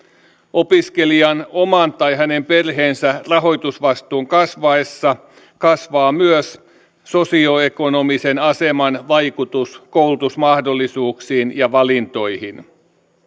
opiskelijan oman tai hänen perheensä rahoitusvastuun kasvaessa kasvaa myös sosioekonomisen aseman vaikutus koulutusmahdollisuuksiin ja valintoihin